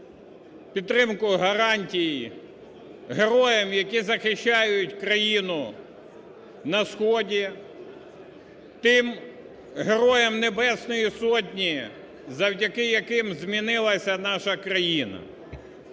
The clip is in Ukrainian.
підтримку гарантій героям, які захищають країну на сході, тим героя Небесної Сотні, завдяки яким змінилася наша країна.